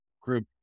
group